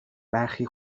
برخی